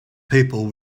people